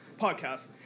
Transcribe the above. podcast